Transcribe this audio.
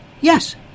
Yes